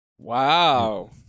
Wow